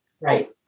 Right